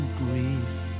grief